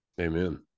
Amen